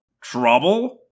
Trouble